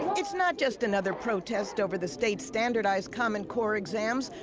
it's not just another protest over the state standardized common core exams.